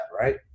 right